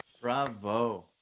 Bravo